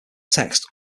text